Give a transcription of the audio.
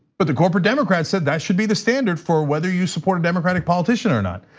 but the corporate democrats said that should be the standard for whether you support a democrat politician or not.